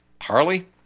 Harley